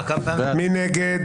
מי נגד?